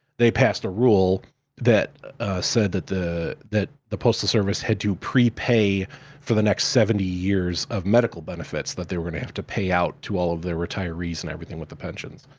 they passed a rule that said that the that the postal service had to prepay for the next seventy years of medical benefits that they were gonna have to pay out to all of their retirees and everything with the pensions.